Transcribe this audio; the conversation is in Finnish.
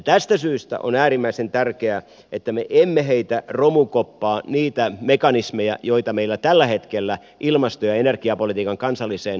tästä syystä on äärimmäisen tärkeää että me emme heitä romukoppaan niitä mekanismeja joita meillä tällä hetkellä ilmasto ja energiapolitiikan kansalliseen hoitamiseen on